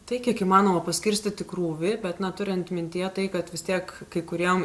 tai kiek įmanoma paskirstyti krūvį bet na turint mintyje tai kad vis tiek kai kuriem